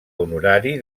honorari